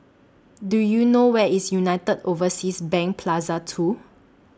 Do YOU know Where IS United Overseas Bank Plaza two